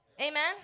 Amen